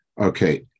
Okay